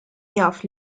jaf